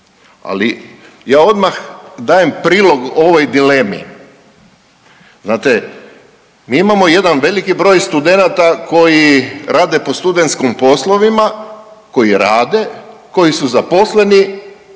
Ali ja odmah dajem prilog ovoj dilemi, znate mi imamo jedan veliki broj studenata koji rade po studentskim poslovima, koji rade, koji su zaposleni,